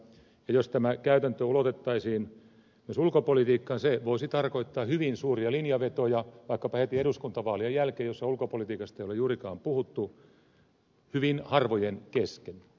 jos tämä käytäntö ulotettaisiin myös ulkopolitiikkaan se voisi tarkoittaa hyvin suuria linjanvetoja hyvin harvojen kesken vaikkapa heti eduskuntavaalien jälkeen joissa ulkopolitiikasta ei ole juurikaan puhuttu